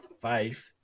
five